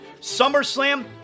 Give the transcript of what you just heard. SummerSlam